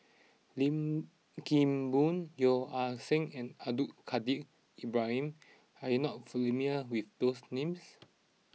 Lim Kim Boon Yeo Ah Seng and Abdul Kadir Ibrahim are you not familiar with these names